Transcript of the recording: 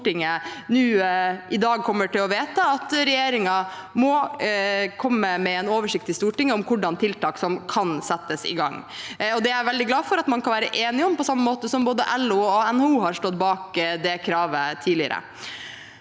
Stortinget nå i dag kommer til å vedta at regjeringen må komme med en oversikt til Stortinget om hvilke tiltak som kan settes i gang. Det er jeg veldig glad for at man kan være enige om, på samme måte som både LO og NHO har stått bak det kravet tidligere.